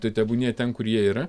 tai tebūnie ten kur jie yra